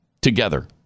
together